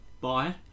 bye